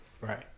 Right